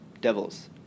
devils